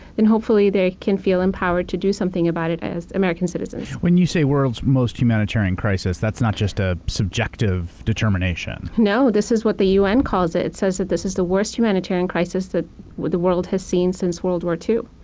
then hopefully they can feel empowered to do something about it as american citizens. when you say world's most humanitarian crisis, that's not just a subjective determination? no. this is what the u. n. calls it. it says that this is the worst humanitarian crisis that the world has seen since world war ii.